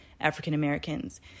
African-Americans